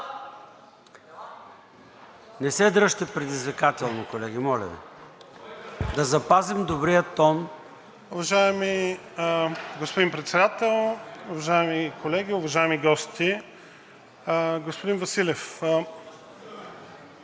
Не се дръжте предизвикателно, колеги, моля Ви! Да запазим добрия тон. НАСТИМИР АНАНИЕВ: Уважаеми господин Председател, уважаеми колеги, уважаеми гости! Господин Василев,